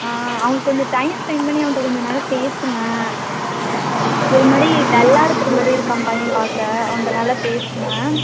ஆ அவனுக்கு கொஞ்சம் time spend பண்ணி அவன்ட்ட கொஞ்ச நேரம் பேசுங்கள் ஒருமாதிரி டல்லாருக்குறமாதிரி இருக்கான் பையன் பார்க்க அவன்கிட்ட நல்லா பேசுங்கள்